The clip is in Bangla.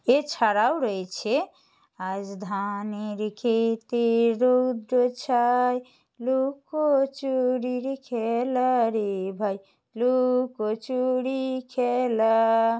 এছাড়াও রয়েছে